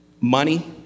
money